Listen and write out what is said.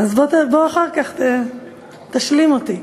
אז בוא אחר כך, תשלים אותי.